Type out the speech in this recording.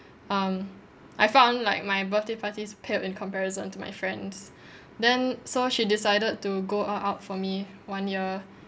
um I found like my birthday parties paled in comparison to my friends' then so she decided to go all out for me one year